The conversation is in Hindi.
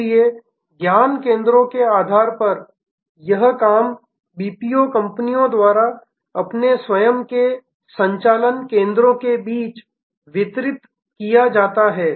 इसलिए ज्ञान केंद्रों के आधार पर यह काम बीपीओ कंपनियों द्वारा अपने स्वयं के संचालन केंद्रों के बीच वितरित किया जाता है